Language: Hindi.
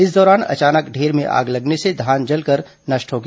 इस दौरान अचानक ढेर में आग लगने से धान जलकर नष्ट हो गया